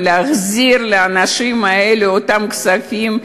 וצריך להחזיר לאנשים האלה אותם כספים,